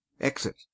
Exit